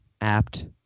apt